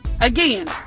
Again